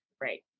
Right